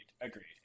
agreed